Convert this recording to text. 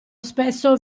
spesso